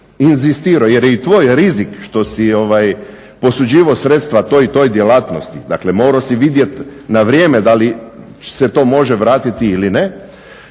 jer je i tvoj rizik što si posuđivao sredstva toj i toj djelatnosti, dakle morao si vidjet na vrijeme da li se to može vratiti ili ne,